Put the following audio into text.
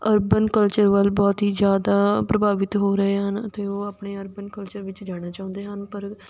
urban culture ਵੱਲ ਬਹੁਤ ਹੀ ਜ਼ਿਆਦਾ ਪ੍ਰਭਾਵਿਤ ਹੋ ਰਹੇ ਹਨ ਅਤੇ ਉਹ ਆਪਣੇ ਅਰਬਨ ਕਲਚਰ ਵਿੱਚ ਜਾਣਾ ਚਾਹੁੰਦੇ ਹਨ ਪਰ